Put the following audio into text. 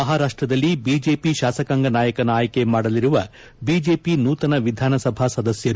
ಮಹಾರಾಷ್ಟ್ದಲ್ಲಿ BJP ಶಾಸಕಾಂಗ ನಾಯಕನ ಆಯ್ನೆ ಮಾಡಲಿರುವ ಬಿಜೆಪಿ ನೂತನ ವಿಧಾನಸಭಾ ಸದಸ್ಯರು